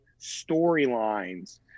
storylines